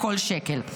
לכל שקל.